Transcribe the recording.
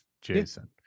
Jason